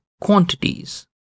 quantities